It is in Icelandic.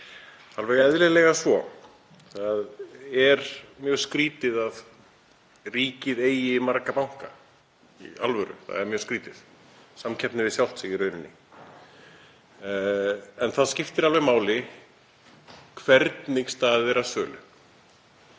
tíma, eðlilega. Það er mjög skrýtið að ríkið eigi marga banka. Í alvöru, það er mjög skrýtið, það er í samkeppni við sjálft sig í rauninni. En það skiptir máli hvernig staðið er að sölu